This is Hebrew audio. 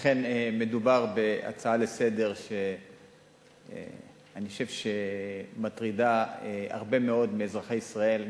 אכן מדובר בהצעה לסדר-היום שאני חושב שמטרידה הרבה מאוד מאזרחי ישראל,